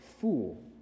fool